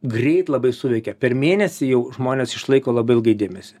greit labai suveikia per mėnesį jau žmonės išlaiko labai ilgai dėmesį